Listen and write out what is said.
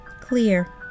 Clear